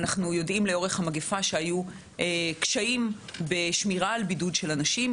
כי אנחנו יודעים לאורך המגפה שהיו קשיים בשמירה על בידוד של אנשים.